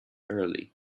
early